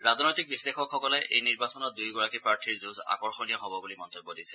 ৰাজনৈতিক বিশ্লেষকসকলে এই নিৰ্বাচনত দুয়োগৰাকী প্ৰাৰ্থীৰ যুঁজ আকৰ্ষনীয় হ'ব বুলি মন্তব্য দিছে